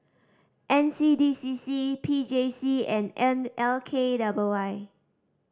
N C D C C P J C and N L K W Y